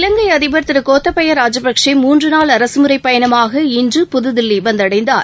இலங்கைஅதிபர் திருகோத்தபயராஜபக்ஷே முன்றநாள் அரசுமுறைப் பயணமாக இன்றுமாலை புதுதில்லிவந்தடைந்தார்